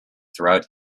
throughout